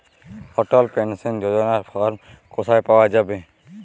অটল pension যোজনার form কোথায় পাওয়া যাবে?